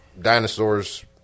dinosaurs